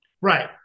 Right